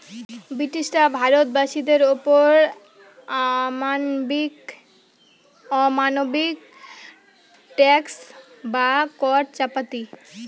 ব্রিটিশরা ভারত বাসীদের ওপর অমানবিক ট্যাক্স বা কর চাপাতি